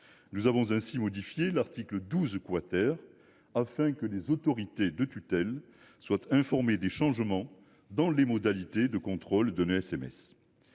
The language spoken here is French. Nous avons ainsi modifié l’article 12 de sorte que les autorités de tutelle soient informées des changements dans les modalités de contrôle d’un ESMS.